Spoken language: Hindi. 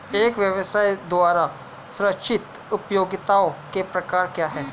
एक व्यवसाय द्वारा सृजित उपयोगिताओं के प्रकार क्या हैं?